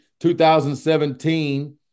2017